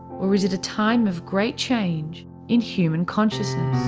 or is it a time of great change in human consciousness?